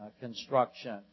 Construction